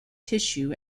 tissue